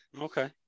Okay